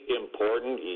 important